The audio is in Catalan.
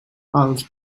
als